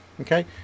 okay